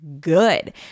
good